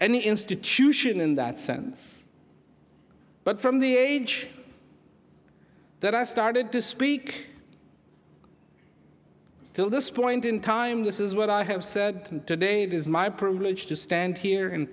any institution in that sense but from the age that i started to speak till this point in time this is what i have said today it is my privilege to stand here and